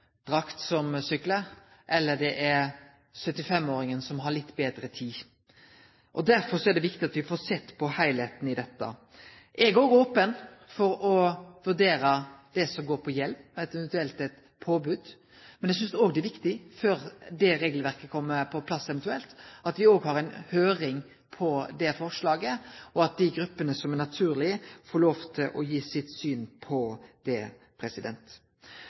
som syklar, og det er 75-åringen som har litt betre tid. Derfor er det viktig at me får sett på heilskapen i dette. Eg òg er open for å vurdere det som går på eit eventuelt påbod av hjelm, men eg synest òg det er viktig, før det regelverket eventuelt kjem på plass, at me har ei høyring om det forslaget, og at dei gruppene som det er naturleg å spørje, får lov til å gi sitt syn på det.